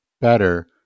better